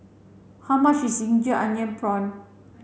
how much is ginger onion